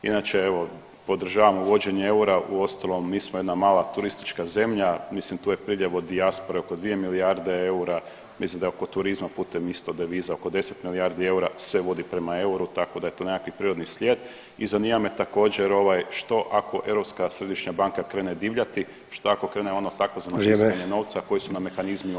Inače evo podržavam uvođenje eura, uostalom mi smo jedna mala turistička zemlja, mislim tu je priljev od dijaspore oko dvije milijarde eura, mislim da je oko turizma putem isto deviza oko 10 milijardi eura, sve vodi prema euru tako da je to nekakvi prirodni slijed i zanima me također ovaj što ako Europska središnja banka krene divljati, šta ako krene ono tzv. tiskanje novca, koji su nam mehanizmi obrane?